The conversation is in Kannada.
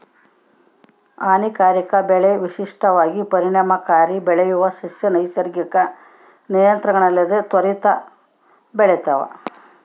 ಹಾನಿಕಾರಕ ಕಳೆ ವಿಶಿಷ್ಟವಾಗಿ ಕ್ರಮಣಕಾರಿ ಬೆಳೆಯುವ ಸಸ್ಯ ನೈಸರ್ಗಿಕ ನಿಯಂತ್ರಣಗಳಿಲ್ಲದೆ ತ್ವರಿತ ಬೆಳಿತಾವ